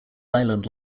island